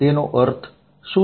તેનો અર્થ શું